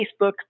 Facebook